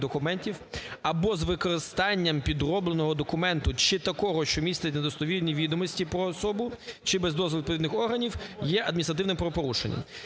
або з використанням підробленого документа, чи такого, що містить недостовірні відомості про особу, чи без дозволу відповідних органів є адміністративним правопорушенням.